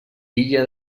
illa